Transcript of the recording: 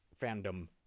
fandom